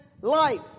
life